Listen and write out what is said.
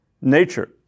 nature